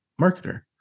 marketer